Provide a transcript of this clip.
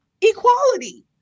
Equality